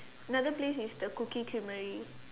another place is the cookie creamery